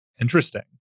Interesting